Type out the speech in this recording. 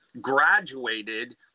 graduated